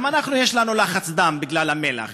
גם אנחנו יש לנו לחץ דם בגלל המלח.